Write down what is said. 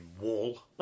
wall